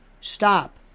stop